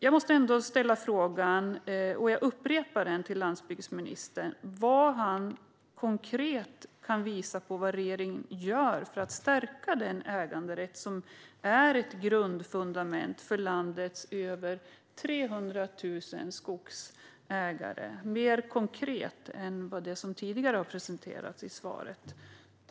Jag måste ändå upprepa frågan till landsbygdsministern: Vad gör regeringen för att stärka den äganderätt som är ett grundfundament för landets över 300 000 skogsägare? Kan han svara något mer konkret än det som tidigare har presenterats i svaret?